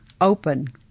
Open